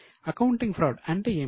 accounting fraud అంటే ఏమిటి